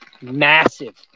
massive